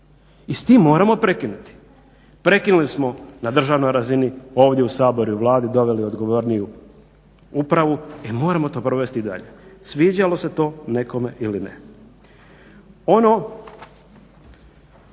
I s tim moramo prekinuti. Prekinuli smo na državnoj razini, ovdje u Saboru i Vladi doveli odgovorniju upravu i moramo to provesti i dalje sviđalo se to nekome ili ne. Ono,